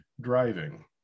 driving